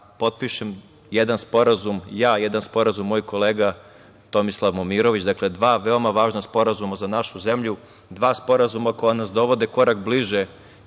potpišem jedan sporazum ja i jedan sporazum moj kolega Tomislav Momirović, dakle, dva veoma važna sporazuma za našu zemlju, dva sporazuma koja nas dovode korak bliže